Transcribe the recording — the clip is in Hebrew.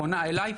פונה אליי,